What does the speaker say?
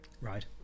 Right